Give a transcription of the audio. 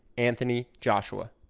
anthony joshua.